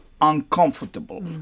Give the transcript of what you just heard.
uncomfortable